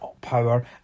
power